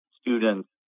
students